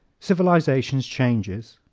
civilization's changes